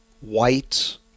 white